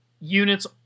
units